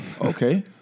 Okay